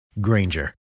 Granger